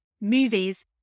movies